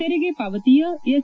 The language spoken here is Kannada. ತೆರಿಗೆ ಪಾವತಿಯ ಎಸ್